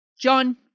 John